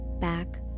back